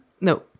No